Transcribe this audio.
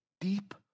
deep